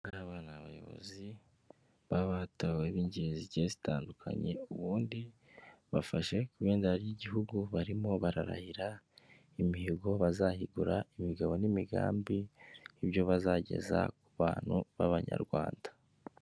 Aba ni abayobozi baba batowe b'ingeri zitandukanye, ubundi bafashe ku ibendera ry'igihugu, barimo bararahira imihigo bazahigura imigabo n'imigambi, ibyo bazageza ku bantu b'abanyarwanda.